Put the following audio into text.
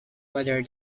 whether